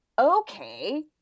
okay